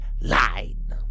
line